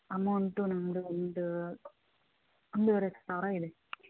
amount ನಮ್ದು ಒಂದು ಒಂದೂವರೆ ಸಾವಿರ ಇದೆ